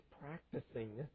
practicing